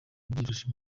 byifashe